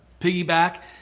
piggyback